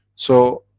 so,